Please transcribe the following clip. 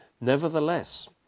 nevertheless